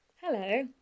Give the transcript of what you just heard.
Hello